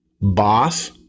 boss